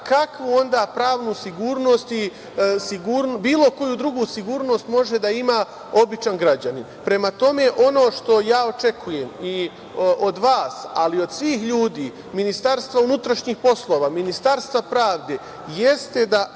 kakvu onda pravnu sigurnost i bilo koju drugu sigurnost može da ima običan građanin. Pre tome, ono što ja očekujem i od vas, ali i od svih ljudi, Ministarstva unutrašnjih poslova, Ministarstva pravde jeste da